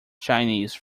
chinese